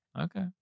Okay